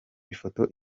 ifoto